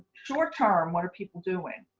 short term what are people doing?